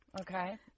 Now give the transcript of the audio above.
Okay